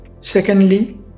Secondly